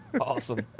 Awesome